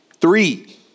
Three